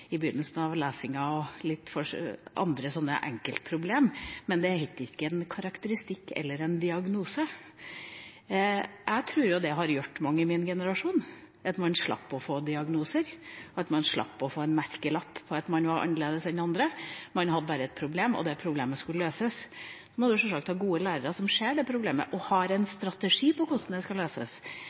begynnelsen av lesinga og litt andre enkeltproblemer. Men det hadde ikke en karakteristikk eller en diagnose. Jeg tror det har hjulpet mange i min generasjon at man slapp å få en diagnose, at man slapp å få en merkelapp på at man var annerledes enn andre. Man hadde bare et problem, og det problemet skulle løses. Da må man sjølsagt ha gode lærere som ser problemet og har en strategi på hvordan det skal løses.